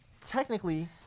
Technically